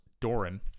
Doran